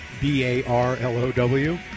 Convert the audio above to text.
B-A-R-L-O-W